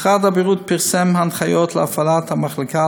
משרד הבריאות פרסם הנחיות להפעלת המחלקה,